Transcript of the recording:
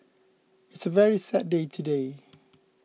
it's a very sad day today